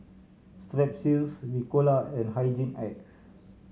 Strepsils Ricola and Hygin X